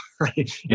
right